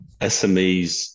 SMEs